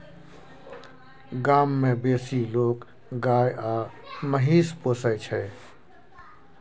गाम मे बेसी लोक गाय आ महिष पोसय छै